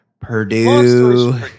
Purdue